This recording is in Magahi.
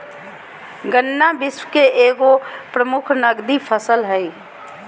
गन्ना विश्व के एगो प्रमुख नकदी फसल हइ